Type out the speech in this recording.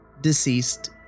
deceased